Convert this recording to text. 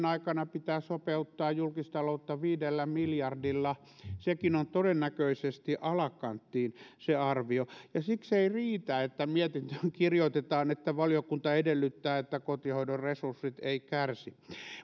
aikana pitää sopeuttaa julkistaloutta viidellä miljardilla sekin arvio on todennäköisesti alakanttiin ja siksi ei riitä että mietintöön kirjoitetaan että valiokunta edellyttää että kotihoidon resurssit eivät kärsi